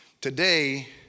today